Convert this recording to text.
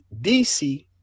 DC